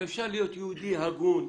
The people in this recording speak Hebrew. ואפשר להיות יהודי הגון,